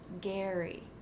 Gary